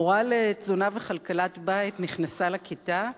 המורה לתזונה וכלכלת בית נכנסה לכיתה,